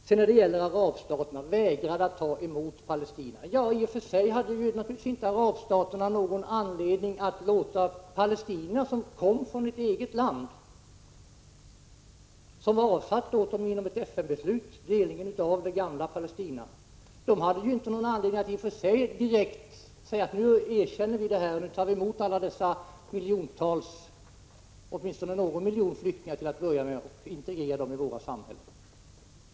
Sedan detta att arabstaterna vägrat att ta emot palestinierna. I och för sig hade naturligtvis inte arabstaterna någon anledning att ta emot palestinierna, som kom från ett eget land som hade avsatts åt dem genom ett FN-beslut i samband med delningen av det gamla Palestina. Det fanns ingen anledning att i och för sig erkänna beslutet och ta emot miljontals — åtminstone någon miljon i början — flyktingar och integrera dem.